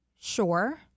Sure